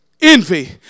envy